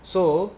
so